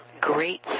great